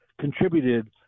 contributed